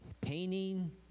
painting